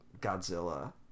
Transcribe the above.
Godzilla